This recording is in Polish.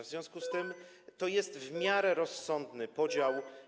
W związku z tym to jest w miarę rozsądny podział.